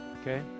okay